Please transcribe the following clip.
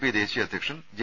P ദേശീയ അധ്യക്ഷൻ J